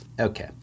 okay